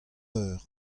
eur